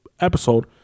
episode